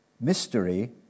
mystery